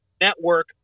Network